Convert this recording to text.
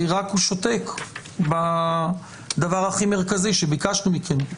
רק שהוא שותק בדבר הכי מרכזי שביקשנו מכם.